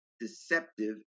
deceptive